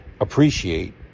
appreciate